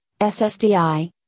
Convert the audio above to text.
SSDI